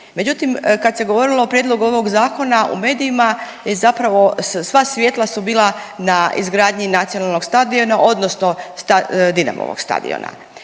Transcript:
Međutim kad se govorilo o prijedlogu ovog zakona u medijima je zapravo sva svjetla su bila na izgradnji nacionalnog stadiona odnosno Dinamovog stadiona.